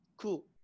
Cool